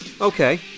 okay